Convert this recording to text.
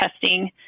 testing